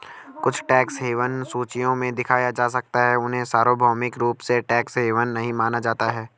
कुछ tax haven सूचियों में दिखाया जा सकता है, उन्हें सार्वभौमिक रूप से टैक्स हेवन नहीं माना जाता है